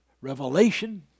revelation